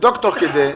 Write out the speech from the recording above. תבדוק תוך כדי.